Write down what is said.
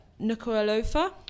Nuku'alofa